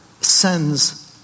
sends